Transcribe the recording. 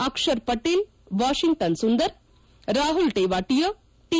Akshar Patel Washington Sundar Rahul Tewatia T